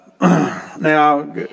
Now